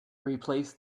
replace